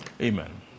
Amen